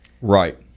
Right